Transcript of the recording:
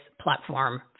platform